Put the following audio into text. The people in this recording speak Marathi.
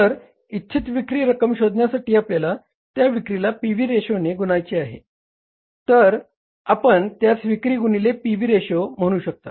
तर इच्छित विक्री रक्कम शोधण्यासाठी आपल्याला त्या विक्रीला पी व्ही रेशोने गुणायचे आहे तर आपण त्यास विक्री गुणिले पी व्ही रेशो म्हणू शकता